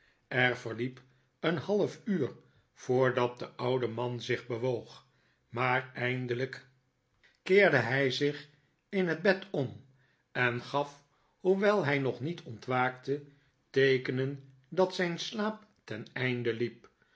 er verliep een half uur voordat de oude man zich bewoog maar eindelijk keerde hij zich in het bed om en gaf hoewel hij nog niet ontwaakte teekenen dat zijn slaap ten einde liep